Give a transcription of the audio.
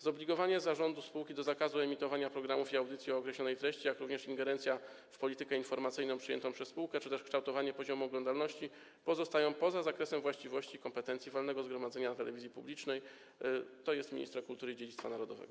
Zobligowanie zarządu spółki do zakazu emitowania programów i audycji o określonej treści, jak również ingerencja w politykę informacyjną przyjętą przez spółkę czy też kształtowanie poziomu oglądalności pozostają poza zakresem właściwości i kompetencji walnego zgromadzenia telewizji publicznej, tj. ministra kultury i dziedzictwa narodowego.